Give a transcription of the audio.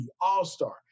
All-Star